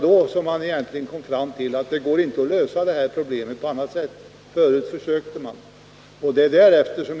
Då kom man till slutsatsen att det inte är möjligt att lösa detta problem på annat sätt, men fram till dess hade försök gjorts att nå andra lösningar.